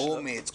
אומ"ץ,